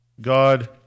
God